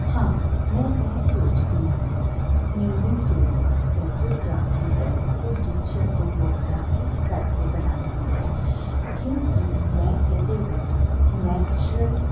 ਹਾਂ ਮੈਂ ਇਹ ਸੋਚਦੀ ਹਾਂ ਮੇਰੀ ਜਿਹੜੀ ਫੋਟੋਗ੍ਰਾਫੀ ਹੈ ਉਹ ਦੂਜਿਆਂ ਤੋਂ ਵੱਖਰਾ ਇਸ ਕਰਕੇ ਬਣਾਉਂਦੀ ਹੈ ਕਿਉਂਕਿ ਮੈਂ ਇਹਦੇ ਵਿੱਚ ਨੈਚਰਲ